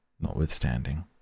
notwithstanding